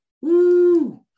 Woo